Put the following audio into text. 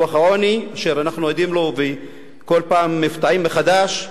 דוח העוני שאנחנו עדים לו וכל פעם מופתעים מחדש קובע,